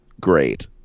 great